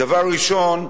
דבר ראשון,